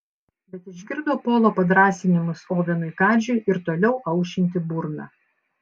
bet išgirdo polo padrąsinimus ovenui kadžiui ir toliau aušinti burną